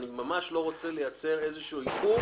אני ממש לא רוצה לייצר איזשהו עיכוב.